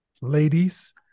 ladies